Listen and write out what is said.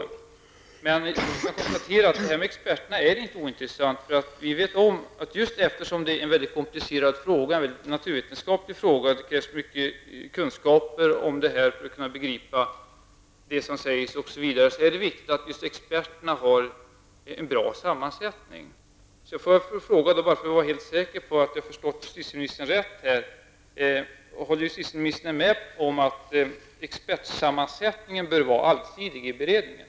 Det är inte alls ointressant vilka experter som ingår. Detta är en mycket komplicerad naturvetenskaplig fråga och det krävs mycket kunskaper om detta område för att man skall kunna begripa vad som sägs. Därför är det viktigt att just expertgruppen har en bra sammansättning. För att vara helt säker på att jag förstått justitieministern rätt vill bara fråga: Håller justitieministern med om att expertsammansättningen i en beredning bör vara allsidig?